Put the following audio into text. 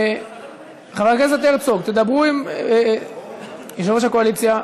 חבר הכנסת הרצוג, תדברו עם יושב-ראש הקואליציה.